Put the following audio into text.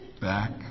back